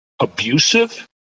abusive